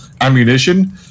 ammunition